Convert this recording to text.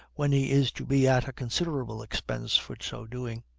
when he is to be at a considerable expense for so doing.